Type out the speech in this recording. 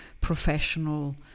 professional